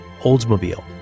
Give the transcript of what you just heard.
Oldsmobile